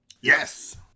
Yes